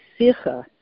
Sicha